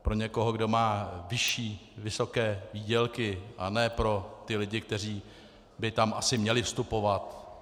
Pro někoho, kdo má vyšší, vysoké výdělky, a ne pro lidi, kteří by tam asi měli vstupovat.